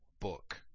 book